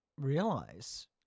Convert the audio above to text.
realize